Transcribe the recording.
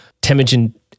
Temujin